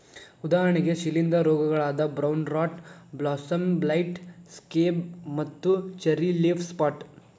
ಉದಾಹರಣೆಗೆ ಶಿಲೇಂಧ್ರ ರೋಗಗಳಾದ brown rot blossom blight, scab ಮತ್ತು ಚೆರ್ರಿ ಲೇಫ್ ಸ್ಪಾಟ್